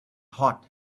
hot